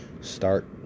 start